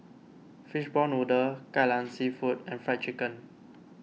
Fishball Noodle Kai Lan Seafood and Fried Chicken